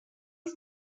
was